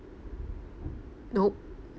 nope